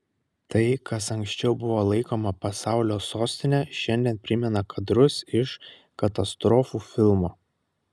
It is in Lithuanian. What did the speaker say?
tai kas anksčiau buvo laikoma pasaulio sostine šiandien primena kadrus iš katastrofų filmo